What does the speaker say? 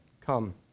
come